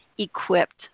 equipped